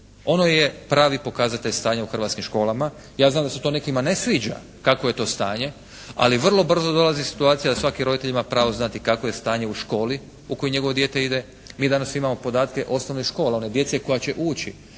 Ono je pravi pokazatelj stanja u hrvatskim školama. Ja znam da se to nekima ne sviđa kakvo je to stanje, ali vrlo brzo dolazi situacija da svaki roditelj ima prvo znati kakvo je stanje u školi u koju njegovo dijete ide. Mi danas imamo podatke osnovnih škola, one djece koja će ući.